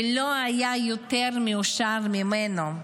לא היה יותר מאושר ממנו.